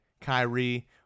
Kyrie